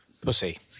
Pussy